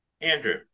Andrew